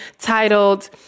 titled